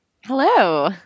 Hello